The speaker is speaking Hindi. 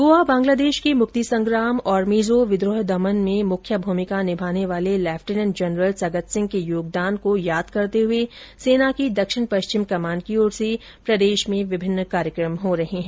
गोवा बांग्लादेश के मुक्ति संग्राम और मिजो विद्रोह दमन में मुख्य भूमिका निभाने वाले लेफ्टिनेंट जनरल सगत सिंह के योगदान को याद करते हुए सेना की दक्षिण पश्चिम कमान की ओर से प्रदेश में विभिन्न कार्यक्रम आयोजित किये जा रहे हैं